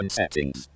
settings